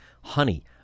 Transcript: honey